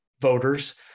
voters